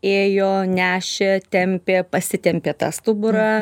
ėjo nešė tempė pasitempė tą stuburą